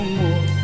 more